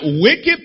wicked